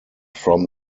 from